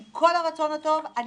עם כל הרצון הטוב,